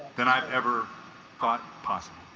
than i've ever thought possible